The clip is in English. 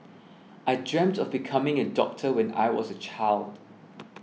I dreamt of becoming a doctor when I was a child